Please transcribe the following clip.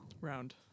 Round